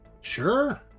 Sure